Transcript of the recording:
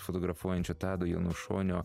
fotografuojančio tado janušonio